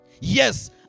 Yes